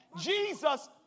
Jesus